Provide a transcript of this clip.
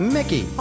Mickey